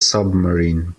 submarine